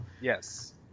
yes